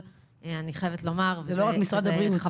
מקריאה הודעה נוספת: אני צריך בדחיפות ידע בקשר